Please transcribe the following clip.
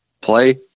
play